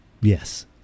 Yes